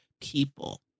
people